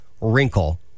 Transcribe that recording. wrinkle